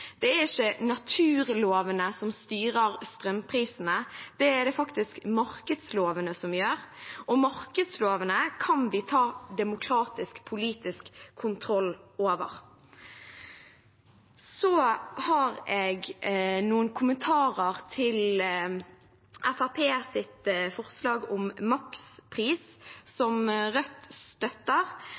Det er ikke naturlovene som styrer strømprisene, det er det faktisk markedslovene som gjør, og markedslovene kan vi ta demokratisk politisk kontroll over. Så har jeg noen kommentarer til Fremskrittspartiets forslag om makspris, som Rødt støtter,